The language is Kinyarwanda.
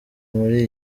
muri